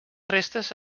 restes